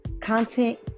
Content